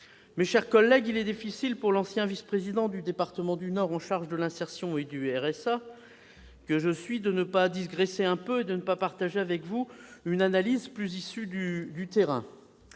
Mes chers collègues, il est difficile pour l'ancien vice-président du département du Nord en charge de l'insertion et du RSA que je suis de ne pas digresser un peu pour partager avec vous une analyse plus proche du terrain.